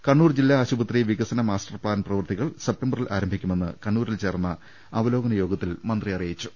കണ്ണൂർ ജില്ലാ ആശുപത്രി വികസന മാസ്റ്റർ പ്ലാൻ പ്രവൃ ത്തികൾ സെപ്തംബറിൽ ആരംഭിക്കുമെന്ന് കണ്ണൂരിൽ ചേർന്ന അവലോകന യോഗത്തിൽ മന്ത്രി അറിയിച്ചു